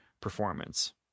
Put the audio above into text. performance